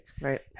Right